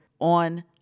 on